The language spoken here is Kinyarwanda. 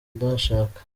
ndashaka